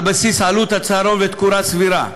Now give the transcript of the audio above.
על בסיס עלות הצהרון ותקורה סבירה.